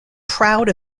proud